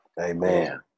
amen